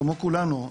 כמו כולנו,